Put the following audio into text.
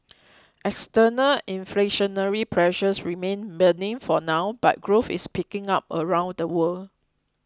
external inflationary pressures remain benign for now but growth is picking up around the world